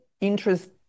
interest